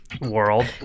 world